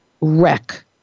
wreck